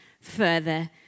further